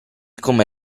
come